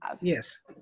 yes